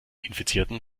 infizierten